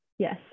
Yes